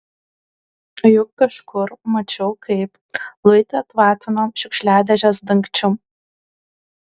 juk kažkur mačiau kaip luitą tvatino šiukšliadėžės dangčiu